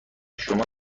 شما